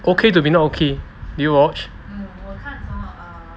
okay to be no okay did you watch